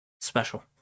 special